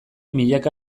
milaka